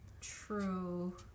true